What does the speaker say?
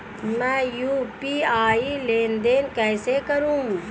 मैं यू.पी.आई लेनदेन कैसे करूँ?